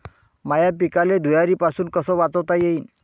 माह्या पिकाले धुयारीपासुन कस वाचवता येईन?